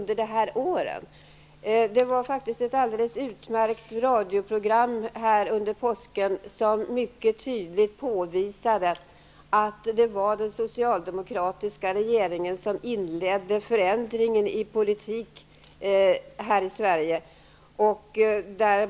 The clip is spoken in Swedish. Det sändes ett alldeles utmärkt radioprogram under påsken där det mycket tydligt påvisades att det var den socialdemokratiska regeringen som inledde förändringen i politiken här i Sverige.